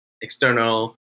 external